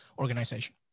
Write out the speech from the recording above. organization